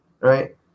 right